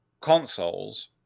consoles